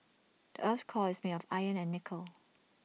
the Earth's core is made of iron and nickel